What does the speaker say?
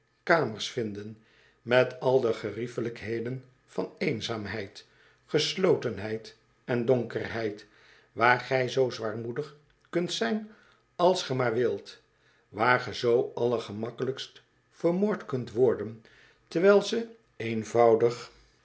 kamers vinden met al de geriefelijkheden van eenzaamheid geslotenheid en donkerheid waar gij zoo zwaarmoedig kunt zijn als ge maar wilt waar ge zoo allergemakkelijkst vermoord kunt worden terwijl ze eenvoudig